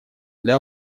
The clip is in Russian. для